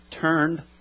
turned